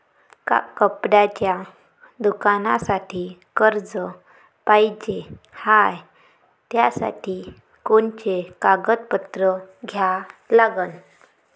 कपड्याच्या दुकानासाठी कर्ज पाहिजे हाय, त्यासाठी कोनचे कागदपत्र द्या लागन?